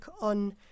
on